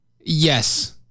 Yes